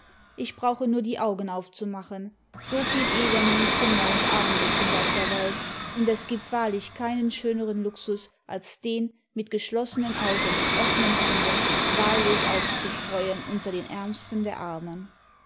ich brauche nur die augen aufzumachen so viel elend und kummer und armut sind auf der welt und es gibt wahrlich keinen schöneren luxus als den nut geschlossenen augen und offenen händen wahllos auszustreuen imter den ärmsten der armen